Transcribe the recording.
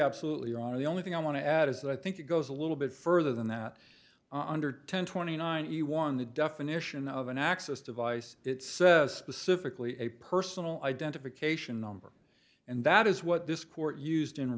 absolutely on the only thing i want to add is that i think it goes a little bit further than that i under ten twenty nine you want a definition of an access device it says specifically a personal identification number and that is what this court used in